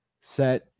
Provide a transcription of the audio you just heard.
set